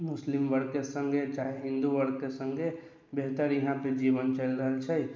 मुस्लिम वर्गके सङ्गे चाहे हिन्दू वर्गके सङ्गे बेहतर इहाँपे जीवन चलि रहल छै